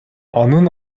анын